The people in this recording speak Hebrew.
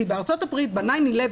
כי בארצות הברית ב-9.11,